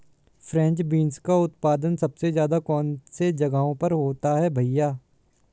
French beans का उत्पादन सबसे ज़्यादा कौन से जगहों पर होता है भैया?